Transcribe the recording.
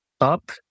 Up